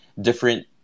different